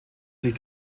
sich